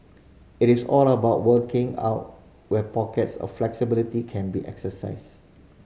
it is all about working out where pockets of flexibility can be exercised